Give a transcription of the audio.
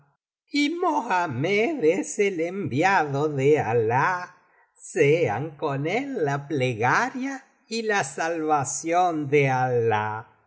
el enviado de alah sean con él la plegaria y la salvación de